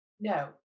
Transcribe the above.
No